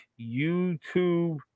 YouTube